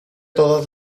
todas